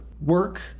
work